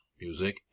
music